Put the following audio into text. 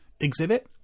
exhibit